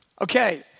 Okay